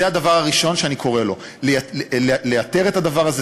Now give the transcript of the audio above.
זה הדבר הראשון שאני קורא לו, לאתר את הדבר הזה.